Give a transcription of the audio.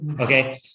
okay